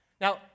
Now